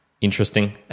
interesting